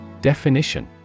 Definition